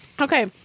Okay